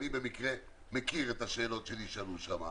אני במקרה מכיר את השאלות שנשאלו שם.